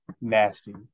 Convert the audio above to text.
nasty